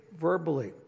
verbally